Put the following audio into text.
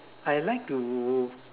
I like to